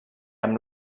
amb